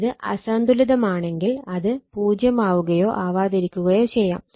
ഇത് അസന്തുലിതമാണെങ്കിൽ അത് 0 ആവുകയോ ആവാതിരിക്കുകയോ ചെയ്യാം